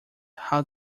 how